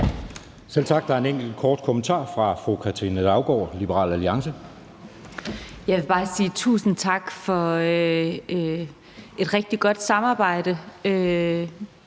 Selv tak. Der er en enkelt kort bemærkning fra fru Katrine Daugaard, Liberal Alliance. Kl. 12:13 Katrine Daugaard (LA): Jeg vil bare sige tusind tak for et rigtig godt samarbejde